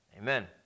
Amen